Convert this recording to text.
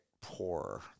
poorer